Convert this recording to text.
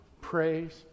praise